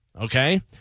Okay